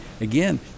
Again